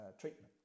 treatment